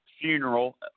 funeral